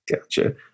Gotcha